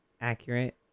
Accurate